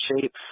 shape